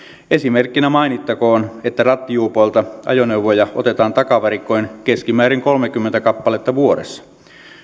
esimerkkinä mainittakoon että rattijuopoilta ajoneuvoja otetaan takavarikkoon keskimäärin kolmekymmentä kappaletta vuodessa